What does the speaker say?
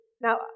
Now